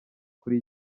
kuri